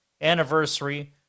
anniversary